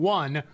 one